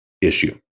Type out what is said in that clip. issue